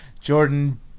Jordan